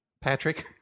Patrick